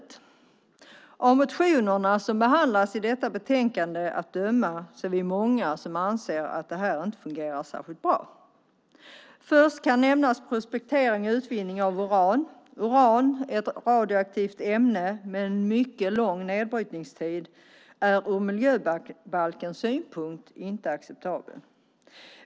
Att döma av motionerna som behandlas i detta betänkande är vi många som anser att det inte fungerar särskilt bra. Först kan nämnas prospektering och utvinning av uran. Uran, ett radioaktivt ämne med mycket lång nedbrytningstid, är från miljöbalkens synpunkt inte acceptabelt.